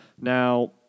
Now